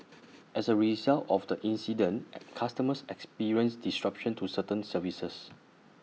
as A result of the incident customers experienced disruption to certain services